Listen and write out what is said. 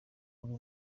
buri